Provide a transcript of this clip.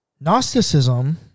Gnosticism